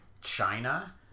China